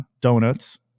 donuts